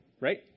right